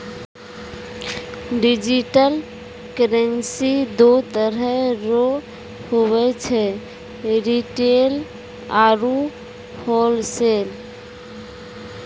digital currency दो तरह रो हुवै छै रिटेल आरू होलसेल